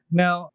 now